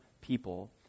people